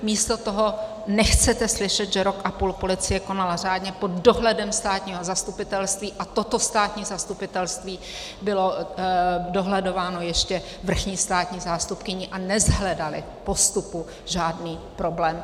Místo toho nechcete slyšet, že rok a půl policie konala řádně pod dohledem státního zastupitelství a toto státní zastupitelství bylo dohledováno ještě vrchní státní zástupkyní a neshledali v postupu žádný problém.